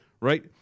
right